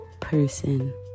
person